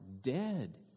dead